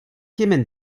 kement